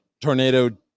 tornado